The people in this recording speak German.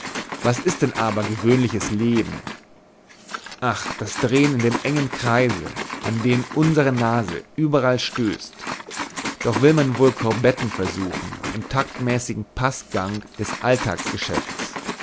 was ist denn aber gewöhnliches leben ach das drehen in dem engen kreise an den unsere nase überall stößt und doch will man wohl courbetten versuchen im taktmäßigen paßgang des